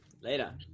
Later